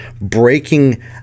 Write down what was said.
breaking